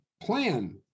plan